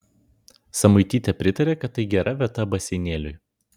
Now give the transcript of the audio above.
samuitytė pritarė kad tai gera vieta baseinėliui